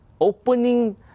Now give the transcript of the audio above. opening